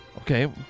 Okay